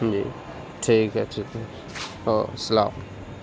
جی ٹھیک ہے ٹھیک ہے او السلام